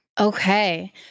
Okay